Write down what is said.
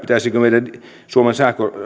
pitäisikö meidän suomen